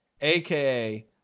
aka